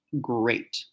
great